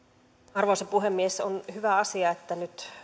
arvoisa puhemies on hyvä asia että nyt